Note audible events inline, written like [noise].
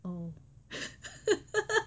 oh [laughs]